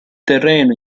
terreno